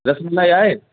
रसमलाई आहे